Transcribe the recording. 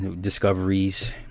discoveries